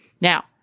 Now